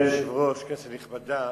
אדוני היושב-ראש, כנסת נכבדה,